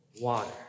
water